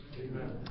Amen